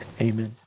Amen